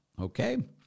Okay